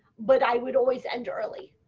but i would always end early.